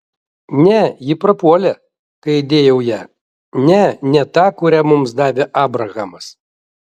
ne ji prapuolė kai įdėjau ją ne ne tą kurią mums davė abrahamas